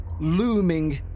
looming